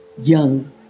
young